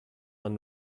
man